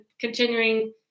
continuing